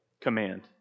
command